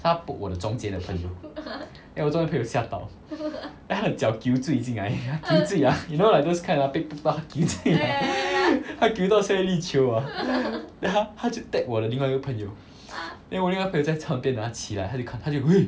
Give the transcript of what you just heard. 她 poke 我中间的朋友 then 我中间朋友吓到 then 他的脚 guizui 进来 guizui ah you know like those kind take too much guizui 他 gui 到像一粒球啊 then 他他就 tap 我另外一个朋友 then 我另外一个朋友在旁边啊他起来他就看他就 !whew!